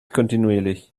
kontinuierlich